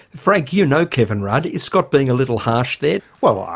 frank, you know kevin rudd. is scott being a little harsh there? well,